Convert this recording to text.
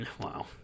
Wow